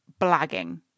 blagging